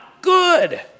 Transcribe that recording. good